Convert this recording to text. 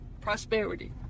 prosperity